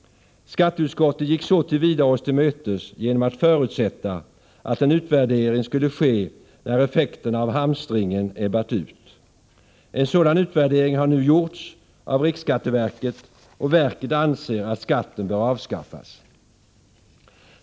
Skatteutskottet gick oss till mötes genom att förutsätta att en utvärdering skulle ske när effekten av hamstringen ebbat ut. En sådan utvärdering har nu gjorts av riksskatteverket, och verket anser att skatten bör avskaffas.